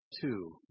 two